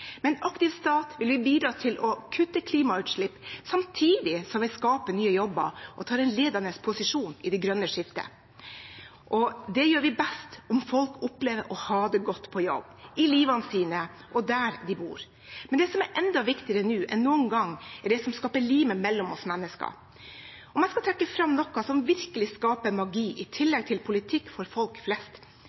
Med en aktiv stat vil vi bidra til å kutte klimagassutslipp samtidig som vi skaper nye jobber og tar en ledende posisjon i det grønne skriftet. Det gjør vi best om folk opplever å ha det godt på jobb, i livet sitt og der de bor. Men det som er viktig nå, mer enn noen gang, er det som skaper limet mellom oss mennesker. Om jeg skal trekke fram noe som virkelige skaper magi, i tillegg til politikk for folk flest,